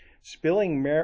Spilling